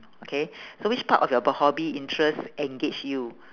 okay so which part of your b~ hobby interest engage you